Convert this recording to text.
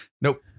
nope